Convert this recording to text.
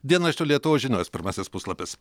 dienraščio lietuvos žinios pirmasis puslapis